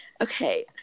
Okay